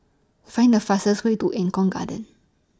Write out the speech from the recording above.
Find The fastest Way to Eng Kong Garden